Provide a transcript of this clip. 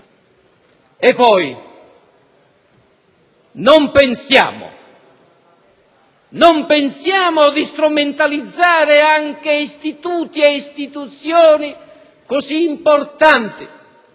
del 3 luglio? Non pensiate di strumentalizzare anche istituti e istituzioni così importanti,